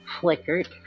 flickered